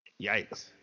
Yikes